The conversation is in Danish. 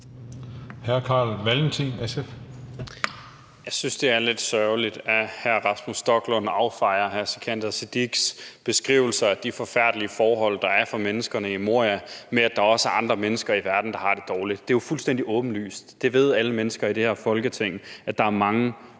Jeg synes, det er lidt sørgeligt, at hr. Rasmus Stoklund affejer hr. Sikandar Siddiques beskrivelser af de forfærdelige forhold, der er for menneskerne i Moria, med, at der også er andre mennesker i verden, der har det dårligt. Det er jo fuldstændig åbenlyst. Det ved alle mennesker i det her Folketing, altså at der er mange